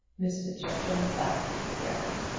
mr. giatron bowed to the ground.